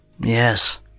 Yes